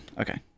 Okay